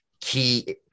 key